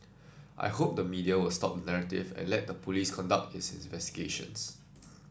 I hope the media will stop the narrative and let the police conduct its investigations